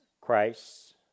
Christ